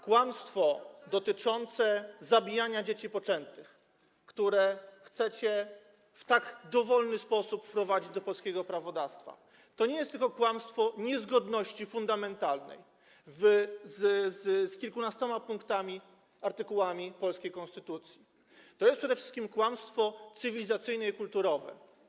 Kłamstwo dotyczące zabijania dzieci poczętych, które chcecie w tak dowolny sposób wprowadzić do polskiego prawodawstwa, to nie jest tylko kłamstwo niezgodności fundamentalnej z kilkunastoma artykułami polskiej konstytucji, to jest przede wszystkim kłamstwo cywilizacyjne i kulturowe.